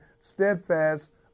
steadfast